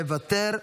מוותר,